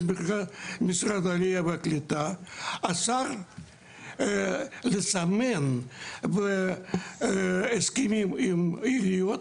משרד העלייה והקליטה אסר לסמן בהסכמים עם העיריות